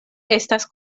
estas